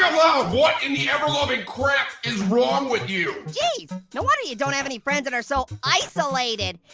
what in the ever-loving crap is wrong with you? geez, no wonder you don't have any friends and are so ice-olated.